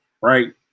right